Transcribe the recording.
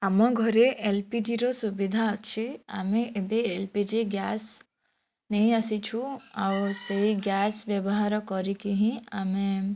ଆମ ଘରେ ଏଲ୍ପିଜିର ସୁବିଧା ଅଛି ଆମେ ଏବେ ଏଲ୍ ପି ଜି ଗ୍ୟାସ୍ ନେଇ ଆସିଛୁ ଆଉ ସେଇ ଗ୍ୟାସ୍ ବ୍ୟବହାର କରିକି ହିଁ ଆମେ